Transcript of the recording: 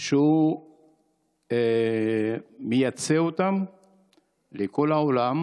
שהוא מייצא לכל העולם.